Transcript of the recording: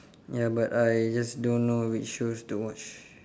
ya but I just don't know which shows to watch